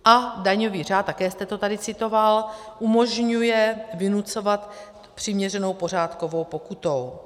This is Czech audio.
A daňový řád, také jste to tady citoval, umožňuje vynucovat přiměřenou pokutou.